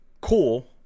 cool